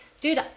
dude